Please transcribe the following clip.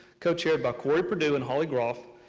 co-chaired by cory purdue and holly grof,